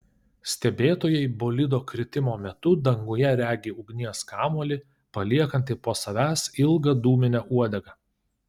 stebėtojai bolido kritimo metu danguje regi ugnies kamuolį paliekantį po savęs ilgą dūminę uodegą